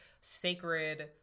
sacred